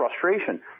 frustration